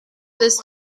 this